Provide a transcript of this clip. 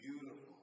beautiful